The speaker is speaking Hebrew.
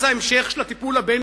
אז ההמשך של הטיפול הבין-לאומי,